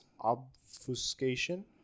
obfuscation